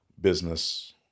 business